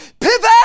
pivot